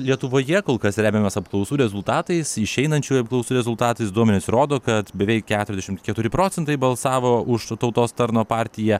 lietuvoje kol kas remiamės apklausų rezultatais išeinančiųjų apklausų rezultatais duomenys rodo kad beveik keturiasdešim keturi procentai balsavo už tautos tarno partiją